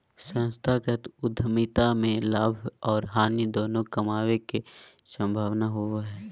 संस्थागत उद्यमिता में लाभ आर हानि दोनों कमाबे के संभावना होबो हय